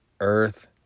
Earth